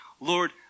Lord